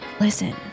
Listen